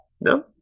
no